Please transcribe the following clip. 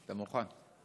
אתה מוכן?